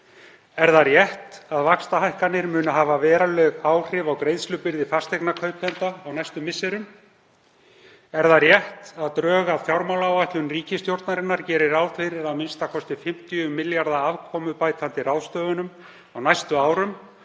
Er það rétt að vaxtahækkanir muni hafa veruleg áhrif á greiðslubyrði fasteignakaupenda á næstu misserum? Er það rétt að drög að fjármálaáætlun ríkisstjórnarinnar geri ráð fyrir a.m.k. 50 milljarða afkomubætandi ráðstöfunum á næstu árum